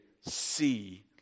see